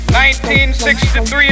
1963